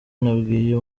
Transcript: nabwiye